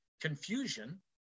confusion